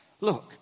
Look